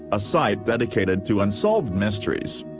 a site dedicated to unsolved mysteries.